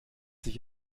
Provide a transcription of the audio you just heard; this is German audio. sich